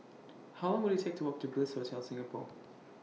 How Long Will IT Take to Walk to Bliss Hotel Singapore